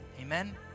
Amen